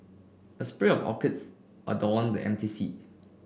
a spray of orchids adorned the empty seat